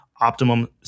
optimum